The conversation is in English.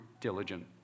diligent